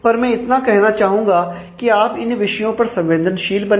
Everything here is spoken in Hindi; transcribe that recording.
पर मैं इतना कहना चाहता हूं कि आप इन विषयों पर संवेदनशील बने